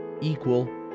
Equal